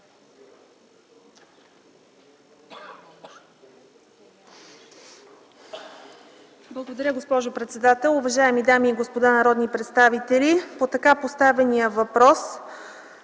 Благодаря, госпожо председател. Уважаеми дами и господа народни представители! По така поставения въпрос